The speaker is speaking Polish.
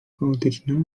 chaotyczna